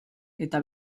eta